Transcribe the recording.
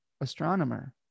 astronomer